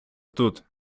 тут